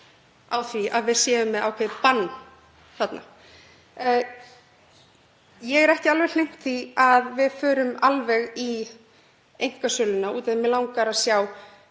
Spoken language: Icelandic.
á því að við séum með ákveðið bann þarna. Ég er ekki alveg hlynnt því að við förum alveg í einkasöluna af því að mig langar að sjá